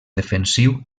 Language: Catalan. defensiu